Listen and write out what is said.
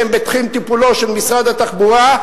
שהם בתחום טיפולו של משרד התחבורה,